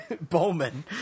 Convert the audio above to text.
Bowman